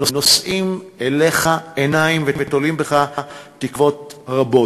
נושאים אליך עיניים ותולים בך תקוות רבות.